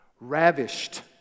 Ravished